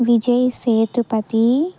Vijay Sethupathi